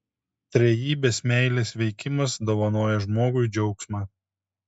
trejybės meilės veikimas dovanoja žmogui džiaugsmą